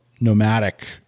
nomadic